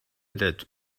did